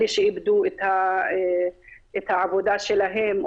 אלה שאיבדו את העבודה שלהם,